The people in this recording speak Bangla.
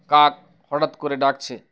কাক হঠাৎ করে ডাকছে